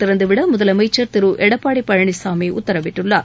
திறந்தவிட முதலமைச்சர் திரு எடப்பாடி பழனிசாமி உத்தரவிட்டுள்ளார்